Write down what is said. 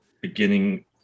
beginning